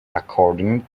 according